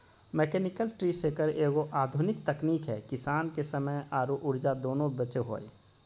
mechanical tree shaker एगो आधुनिक तकनीक है किसान के समय आरो ऊर्जा दोनों बचो हय